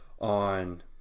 on